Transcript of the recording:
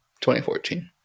2014